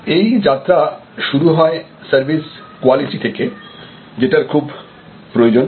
এই যাত্রা শুরু হয় সার্ভিস কোয়ালিটি থেকে যেটার খুব প্রয়োজন